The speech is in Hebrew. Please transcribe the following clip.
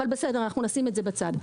אבל בסדר נשים את זה בצד.